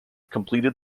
completed